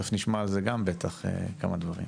תיכף נשמע גם על זה כמה דברים.